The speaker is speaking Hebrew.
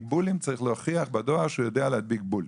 בולים צריך להוכיח בדואר שהוא יודע להדביק בולים,